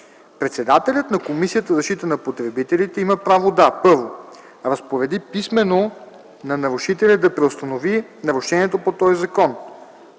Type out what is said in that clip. Председателят на Комисията за защита на потребителите има право да: 1. разпореди писмено на нарушителя да преустанови нарушението на този закон;